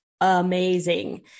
amazing